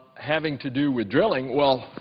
having to do with drilling. well,